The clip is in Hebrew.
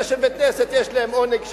אלה שבבית-כנסת יש להם עונג שבת,